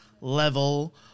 level